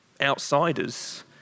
outsiders